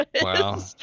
Wow